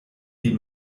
die